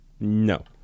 no